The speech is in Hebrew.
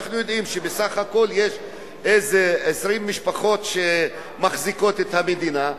ואנחנו יודעים שבסך הכול יש איזה 20 משפחות שמחזיקות את המדינה,